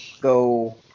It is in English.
go